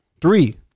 Three